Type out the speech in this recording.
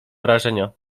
wrażenia